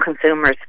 consumers